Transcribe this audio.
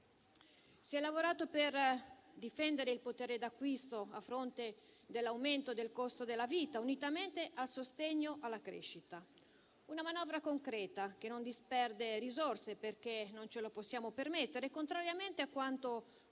Si è lavorato per difendere il potere d'acquisto a fronte dell'aumento del costo della vita, unitamente al sostegno alla crescita. Una manovra concreta che non disperde risorse perché non ce lo possiamo permettere e, contrariamente a quanto